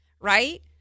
Right